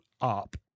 up